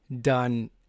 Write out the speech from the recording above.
done